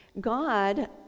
God